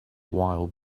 wild